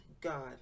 God